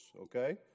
okay